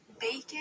Bacon